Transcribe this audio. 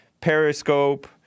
Periscope